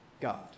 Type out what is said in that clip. God